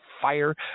fire